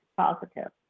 positive